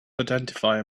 identifier